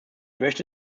möchte